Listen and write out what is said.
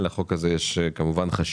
לחוק הזה יש חשיבות